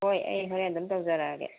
ꯍꯣꯏ ꯑꯩ ꯍꯣꯔꯦꯟ ꯑꯗꯨꯝ ꯇꯧꯖꯔꯛꯑꯒꯦ